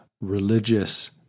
religious